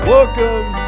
Welcome